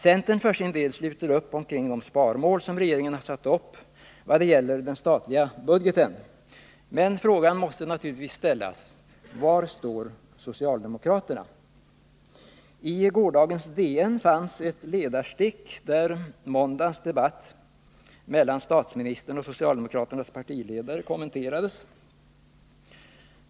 Centern för sin del sluter upp kring de sparmål regeringen satt upp vad gäller den statliga budgeten. Men frågan måste naturligtvis ställas: Var står socialdemokraterna? I gårdagens DN fanns ett ledarstick där måndagens debatt mellan statsministern och socialdemokraternas partiledare kommenterades.